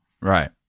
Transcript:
Right